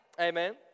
Amen